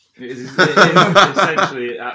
Essentially